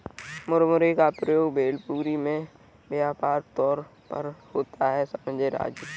मुरमुरे का प्रयोग भेलपुरी में व्यापक तौर पर होता है समझे राजू